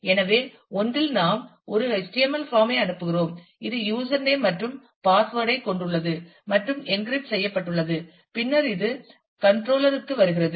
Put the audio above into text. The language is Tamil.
எனவே ஒன்றில் நாம் ஒரு HTML பாம் ஐ அனுப்புகிறோம் இது யூசர் நேம் மற்றும் பாஸ்வேர்ட் ஐ கொண்டுள்ளது மற்றும் என்கிரிப்ட் செய்யப்பட்டுள்ளது பின்னர் இது கண்ட்ரோலர் க்கு வருகிறது